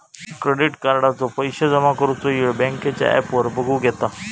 credit कार्डाचो पैशे जमा करुचो येळ बँकेच्या ॲपवर बगुक येता